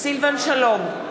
סילבן שלום,